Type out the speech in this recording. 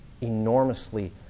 enormously